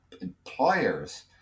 Employers